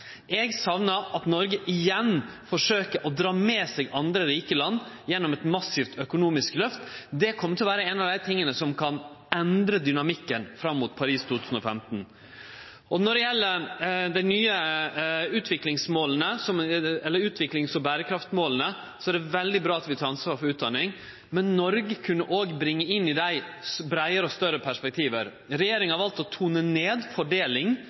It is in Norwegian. Eg saknar at Noreg igjen forsøkjer å dra med seg andre rike land gjennom eit massivt økonomisk løft. Det kjem til å vere ein av dei tinga som kan endre dynamikken fram mot Paris 2015. Når det gjeld dei nye utviklings- og berekraftmåla, er det veldig bra at vi tek ansvar for utdanning, men Noreg kunne òg bringe inn breiare og større perspektiv. Regjeringa har valt å tone ned fordeling,